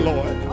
Lord